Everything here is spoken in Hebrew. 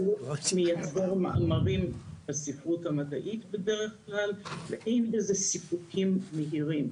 זה --- לייצר מאמרים בספרות המדעית בדרך כלל ואין בזה סיפוקים מהירים,